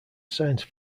science